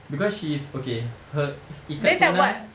because she's okay her ikat tunang